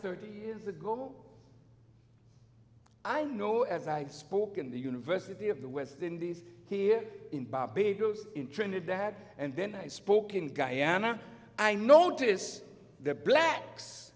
thirty years ago i know as i spoke in the university of the west indies here in barbados in trinidad and then i spoke in guyana i notice that blacks